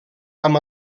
amb